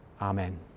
Amen